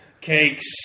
cakes